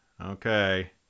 Okay